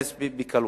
בקלות.